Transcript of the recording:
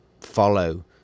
follow